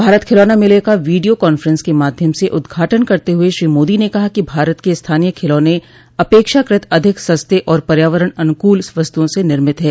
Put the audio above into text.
भारत खिलौना मेले का वीडियो कान्फ्रेंस के माध्यम से उद्घाटन करते हुए श्रो मोदी ने कहा कि भारत के स्थानोय खिलौने अपेक्षाकृत अधिक सस्ते और पर्यावरण अनुकूल वस्तुओं से निर्मित हैं